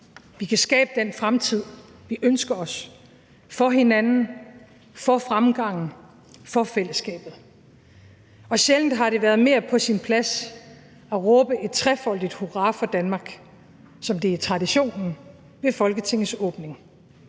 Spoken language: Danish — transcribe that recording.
Vi kan skabe den fremtid, vi ønsker os – for hinanden, for fremgangen, for fællesskabet. Sjældent har det været mere på sin plads at råbe et trefoldigt hurra for Danmark, som det er traditionen ved Folketingets åbning.